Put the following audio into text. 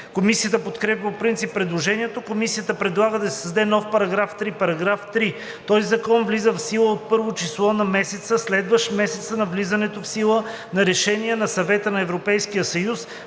Комисията подкрепя по принцип предложението. Комисията предлага да се създаде нов § 3. „§ 3. Този закон влиза в сила от първо число на месеца, следващ месеца на влизането в сила на решение на Съвета на Европейския съюз